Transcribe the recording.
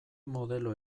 modelo